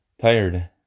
tired